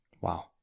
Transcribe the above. Wow